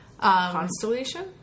constellation